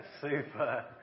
super